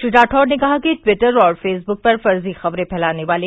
श्री रागैड ने कहा कि ट्विटर और फेसबुक पर फर्जी खबरें फैलाने वाले